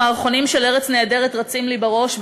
המערכונים של "ארץ נהדרת" רצים לי בראש,